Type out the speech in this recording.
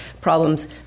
problems